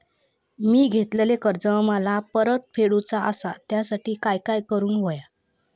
मिया घेतलेले कर्ज मला परत फेडूचा असा त्यासाठी काय काय करून होया?